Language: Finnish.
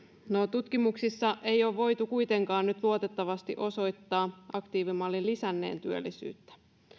tutkimuksissa ei ole voitu kuitenkaan nyt luotettavasti osoittaa aktiivimallin lisänneen työllisyyttä